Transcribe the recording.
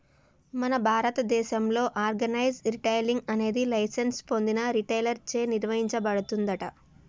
మన భారతదేసంలో organise retailing అనేది లైసెన్స్ పొందిన రిటైలర్ చే నిర్వచించబడుతుందంట